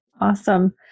Awesome